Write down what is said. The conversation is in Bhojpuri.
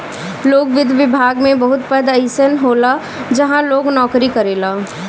लोक वित्त विभाग में बहुत पद अइसन होला जहाँ लोग नोकरी करेला